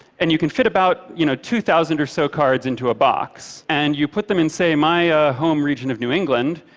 and you can fit about you know two thousand or so cards into a box, and you put them in, say, my home region of new england,